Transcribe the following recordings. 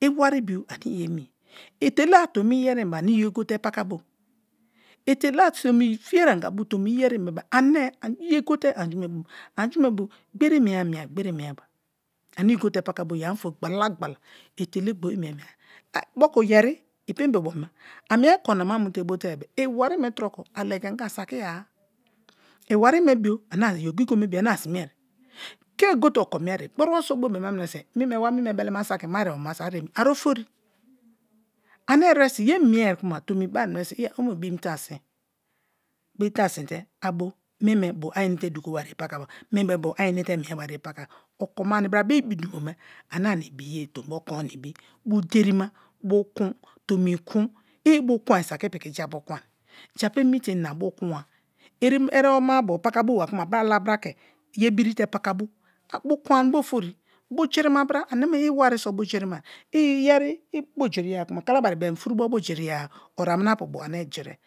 I wari bio ane iyemi ye etela tomi iyerim be-e ane iya goye pak abom. Etela tomi feari anga bo iyerim be-e ani iye gote ani ju me mu-um i ani ju mou bo gberiye mie be-e gberie mieba ane i go te paka boye ane oferi gbala-gbala otela ogbo moku yeri i pembe bo ma a mie korina mu te bote-e iwari me troke a legi anga a sakiyara iwari me bio i ogigo me bo ane asimei, ke go te oko beriye gboribo so bo bema mineso meme wa meme bel ema saki ma ereba ma a emi aro fori. Ane eresin ye mie kuma tomi bai mine o mu ibim ta sin ibrim ta sin te a bo meme bo a inete dugo bare pa pakaba, meme bo a inete mie bariye pa pakaba okome ani bra be ibi dumo me ana ni bi biye tombo kon na ibi bu derima bu kun tomi kun i ibu kun-e saki i piki japu kun-e japu ani te ina bu kun-a, erebo ama-abo pakaboba kuma bra lala bra ke ye birite paka bo kun ani bo ofori, bu jirima bra ane me i iwari so bujiri mai, iyeri i bujiriya kuma, kalabari be-em furubo bujiriya-a o aminapu bu ane jirie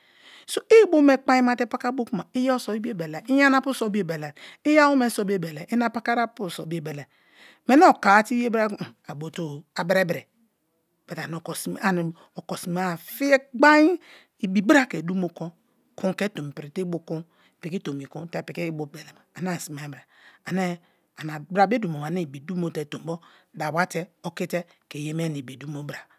i ibu me kpain ma te pakabo kuma iyeri so ibiobelai, iyana pu so biobelai i awome so biobelai, ina paka bo apu so biobelai, meni okar te iye bra a bo te-o a brebre, but ami oko sima-a ibi bra ke dumo kon, kun ke tomi prite ibu kun piki tomi kun te piki ibu belema ane ani simeri bra ane ana bra bo dumo ma ane ibi dumo te tombo dawa te okite ke ye mie na ibi dumo bra.